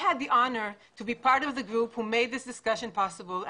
היה לי הכבוד להיות בין אלו שאיפשרו את קיומה של הישיבה היום.